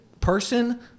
person